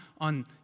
on